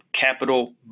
capital